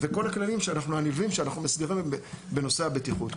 וכל הכללים הנלווים שאנחנו מסדירים בנושא הבטיחות.